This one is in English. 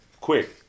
quick